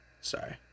Sorry